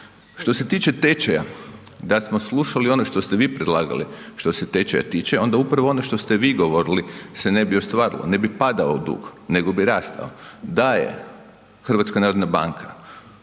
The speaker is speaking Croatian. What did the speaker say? Što se tiče tečaja, da smo slušali ono što ste vi predlagali što se tečaja tiče onda upravo ono što ste vi govorili se ne bi ostvarilo, ne bi padao dug nego bi rastao, da je HNB